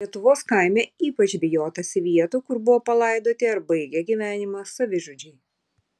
lietuvos kaime ypač bijotasi vietų kur buvo palaidoti ar baigė gyvenimą savižudžiai